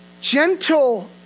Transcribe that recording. gentle